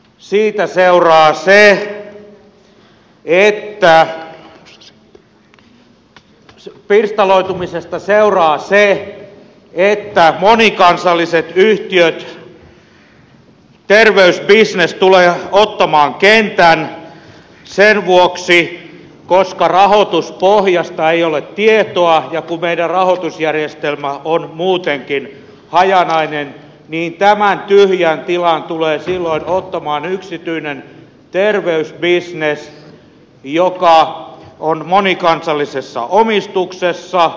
siitä pirstaloitumisesta seuraa se että monikansalliset yhtiöt terveysbisnes tulevat ottamaan kentän sen vuoksi että rahoituspohjasta ei ole tietoa ja kun meidän rahoitusjärjestelmä on muutenkin hajanainen niin tämän tyhjän tilan tulee silloin ottamaan yksityinen terveysbisnes joka on monikansallisessa omistuksessa